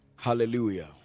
Hallelujah